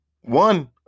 one